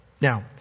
Now